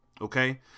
Okay